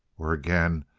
or again,